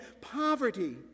poverty